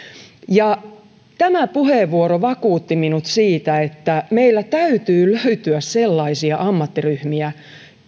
tämä puheenvuoro vakuutti minut siitä että meillä täytyy löytyä sellaisia ammattiryhmiä